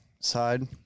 Side